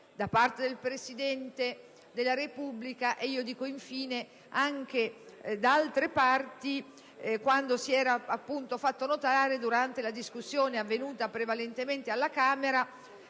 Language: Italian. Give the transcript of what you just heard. del Presidente della Repubblica e - io dico - anche da altre parti, quando si era appunto fatto notare, durante la discussione avvenuta prevalentemente alla Camera,